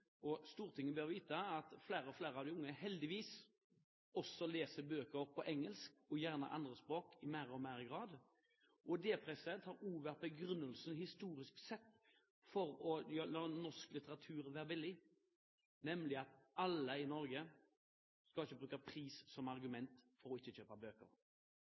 Stortinget bør vite at flere og flere av de unge heldigvis i større og større grad også leser bøker på engelsk og gjerne på andre språk, og begrunnelsen historisk sett for å la norsk litteratur være billig har nemlig vært at ingen i Norge skal bruke pris som argument for ikke å kjøpe bøker.